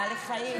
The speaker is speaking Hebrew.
בעלי חיים.